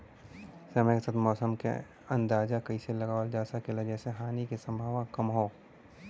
समय के साथ मौसम क अंदाजा कइसे लगावल जा सकेला जेसे हानि के सम्भावना कम हो?